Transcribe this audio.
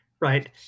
right